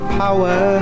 power